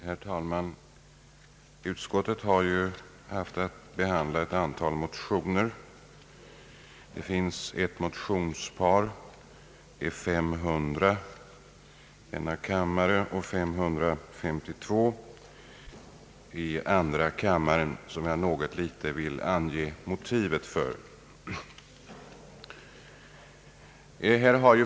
Herr talman! Utskottet har haft att behandla ett antal motioner. Det finns ett motionspar, I:500 och II: 552, som jag i någon mån vill ange motivet för.